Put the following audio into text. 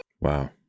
wow